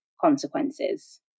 consequences